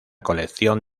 colección